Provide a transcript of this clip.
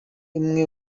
umwe